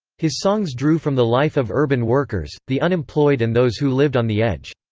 his songs drew from the life of urban workers, the unemployed and those who lived on the edge.